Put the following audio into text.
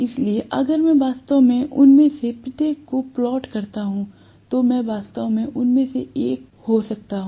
इसलिए अगर मैं वास्तव में उनमें से प्रत्येक को प्लॉट करता हूं तो मैं वास्तव में उनमें से एक हो सकता हूं